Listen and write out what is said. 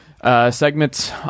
segments